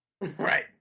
right